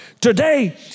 today